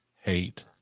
hate